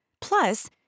Plus